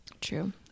True